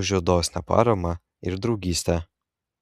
už jo dosnią paramą ir draugystę